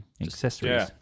Accessories